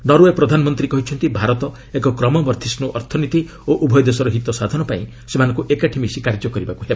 Norway ପ୍ରଧାନମନ୍ତ୍ରୀ କହିଛନ୍ତି ଭାରତ ଏକ କ୍ରମବର୍ଦ୍ଧିଷ୍ଟ୍ର ଅର୍ଥନୀତି ଓ ଉଭୟ ଦେଶର ହିତ ସାଧନ ପାଇଁ ସେମାନଙ୍କୁ ଏକାଠି ମିଶି କାର୍ଯ୍ୟ କରିବାକୁ ହେବ